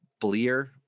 Bleer